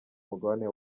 mugabane